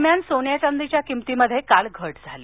दरम्यान सोन्या चांदिच्या किंमतीत काल घट झाली